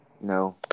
No